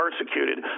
persecuted